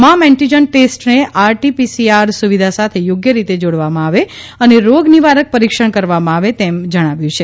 તમામ એન્ટિજન ટેસ્ટને RT PCR સુવિધા સાથે યોગ્ય રીતે જોડવામાં આવે અને રોગનિવારક પરિક્ષણ કરવામાં આવે તેમ જનવ્યું છે